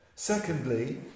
Secondly